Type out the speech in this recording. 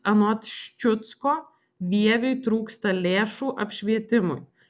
anot ščiucko vieviui trūksta lėšų apšvietimui